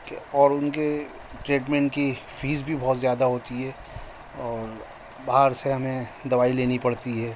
اور ان کے ٹریٹمنٹ کی فیس بھی بہت زیادہ ہوتی ہے اور باہر سے ہمیں دوائی لینی پڑتی ہے